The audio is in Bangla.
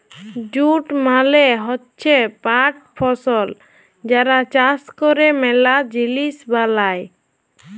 জুট মালে হচ্যে পাট ফসল যার চাষ ক্যরে ম্যালা জিলিস বালাই